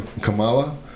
Kamala